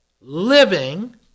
living